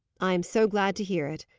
i am so glad to hear it!